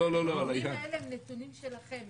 לא, הנתונים האלה הם נתונים שלכם.